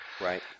Right